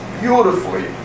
beautifully